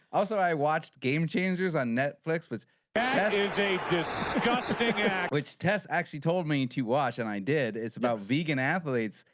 also i watched game changers on netflix which they just got to pick which test actually told me to watch and i did. it's about vegan athletes.